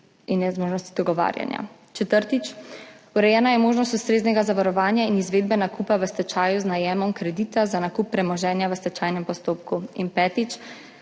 in nezmožnosti dogovarjanja. Četrtič, urejena je možnost ustreznega zavarovanja in izvedbe nakupa v stečaju z najemom kredita za nakup premoženja v stečajnem postopku. In petič,